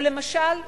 או למשל ב"סלקום".